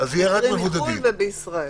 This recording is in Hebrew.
מחו"ל ומישראל,